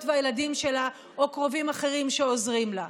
והילדים שלה או על קרובים אחרים שעוזרים לה.